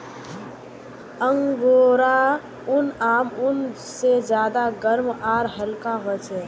angora ऊन आम ऊन से ज्यादा गर्म आर हल्का ह छे